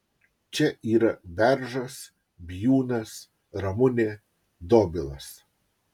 čia yra beržas bijūnas ramunė dobilas